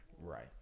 Right